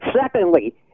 Secondly